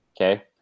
okay